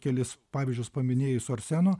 kelis pavyzdžius paminėjai su arsenu